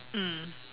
mm